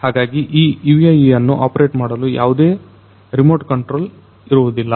ಹಾಗಾಗಿ ಈ UAV ಅನ್ನು ಆಪರೇಟ್ ಮಾಡಲು ಯಾವುದೇ ರಿಮೋಟ್ ಕಂಟ್ರೋಲ್ ಇರುವುದಿಲ್ಲ